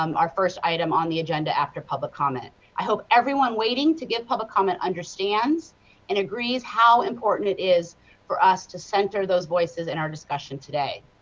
um our first item on the agenda after public comment. i hope everyone waiting to give public comment understands and agrees how important it is for us to center those voices in our discussion today.